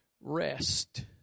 rest